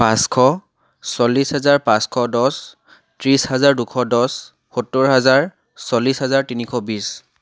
পাঁচশ চল্লিছ হাজাৰ পাঁচশ দহ ত্ৰিছ হাজাৰ দুশ দহ সত্তৰ হাজাৰ চল্লিছ হাজাৰ তিনিশ বিশ